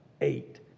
eight